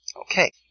Okay